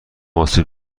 آسیب